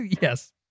Yes